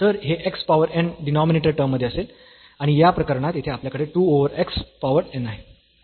तर हे x power n denominator term मध्ये असेल आणि या प्रकरणात येथे आपल्याकडे y over x power n आहे